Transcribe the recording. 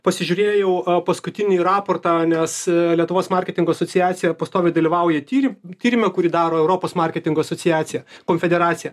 pasižiūrėjau a paskutinį raportą nes lietuvos marketingo asociacija pastoviai dalyvauja tyrim tyrime kurį daro europos marketingo asociacija konfederacija